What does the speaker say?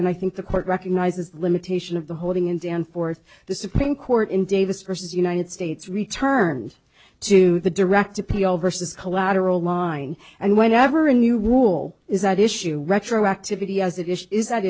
and i think the court recognizes the limitation of the holding him down fourth the supreme court in davis versus united states returned to the direct appeal versus collateral line and whenever a new rule is at issue true activity as it is is that